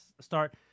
start